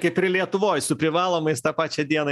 kaip ir lietuvoj su privalomais tą pačią dieną